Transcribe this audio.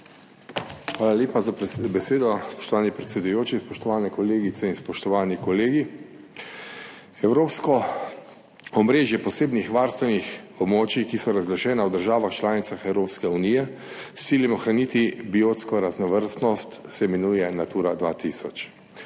Hvala lepa za besedo, spoštovani predsedujoči. Spoštovane kolegice in spoštovani kolegi! Evropsko omrežje posebnih varstvenih območij, ki so razglašena v državah članicah Evropske unije s ciljem ohraniti biotsko raznovrstnost, se imenuje Natura 2000,